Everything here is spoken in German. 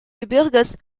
gebirges